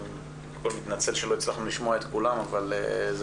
אני מצטער שלא הצלחנו לשמוע את כולם אבל זה